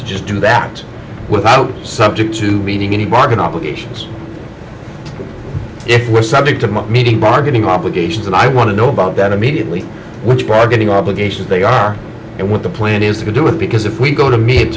to just do that without subject to meeting any bargain obligations if we're subject to my meeting bargaining obligations and i want to know about that immediately which bargaining obligations they are and what the plan is to do it because if we go to me